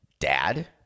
dad